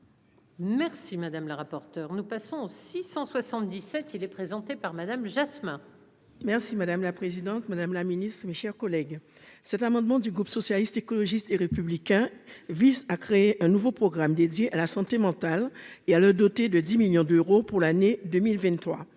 Merci madame la rapporteure, nous passons 677 il est présenté par Madame Jasmin. Merci madame la présidente, Madame la Ministre, mes chers collègues, cet amendement du groupe socialiste, écologiste et républicain vise à créer un nouveau programme dédié à la santé mentale et à le doter de 10 millions d'euros pour l'année 2023